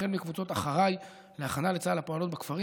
החל מקבוצות "אחריי" להכנה לצה"ל הפועלות בכפרים,